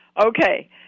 Okay